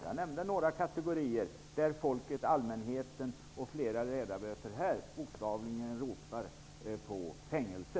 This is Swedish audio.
Jag nämnde några kategorier för vilka allmänheten och flera av ledamöterna här bokstavligen ropar på fängelse.